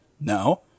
No